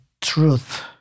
truth